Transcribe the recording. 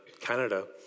Canada